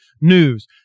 news